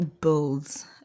builds